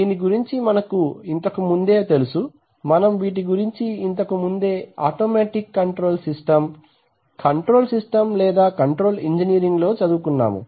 దీని గురించి మనకి ఇంతకు ముందే తెలుసు మనం వీటి గురించి ఇంతకుముందే automatic control system control system లేదా కంట్రోల్ ఇంజనీరింగ్ లో చదువుకున్నాము